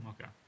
okay